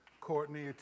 Courtney